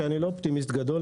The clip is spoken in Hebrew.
שאני לא אופטימיסט גדול,